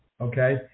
Okay